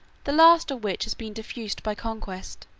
the last of which has been diffused by conquest,